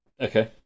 okay